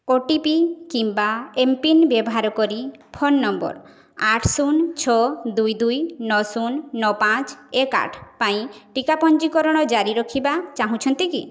ଓ T P କିମ୍ବା mPIN ବ୍ୟବହାର କରି ଫୋନ୍ ନମ୍ବର ଆଠ ଶୂନ ଛଅ ଦୁଇ ଦୁଇ ନଅ ଶୂନ ନଅ ପାଞ୍ଚ ଏକ ଆଠ ପାଇଁ ଟିକା ପଞ୍ଜୀକରଣ ଜାରି ରଖିବା ଚାହୁଁଛନ୍ତି କି